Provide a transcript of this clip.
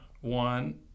one